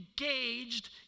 engaged